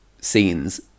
scenes